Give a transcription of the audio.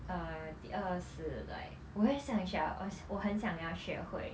err 第二是 like 我会想学我很想要学会